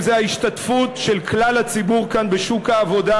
בין שזה ההשתתפות של כלל הציבור כאן בשוק העבודה,